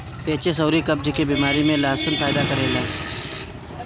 पेचिस अउरी कब्ज के बेमारी में भी लहसुन फायदा करेला